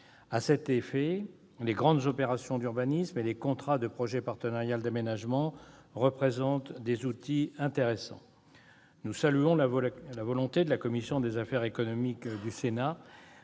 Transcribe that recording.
À cet effet, les grandes opérations d'urbanisme et les contrats de projet partenarial d'aménagement représentent des outils intéressants. Nous saluons la volonté de la commission des affaires économiques du Sénat